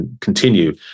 continue